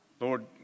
Lord